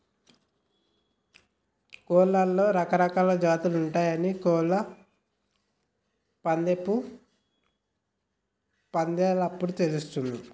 కోడ్లలో రకరకాలా జాతులు ఉంటయాని కోళ్ళ పందేలప్పుడు తెలుస్తది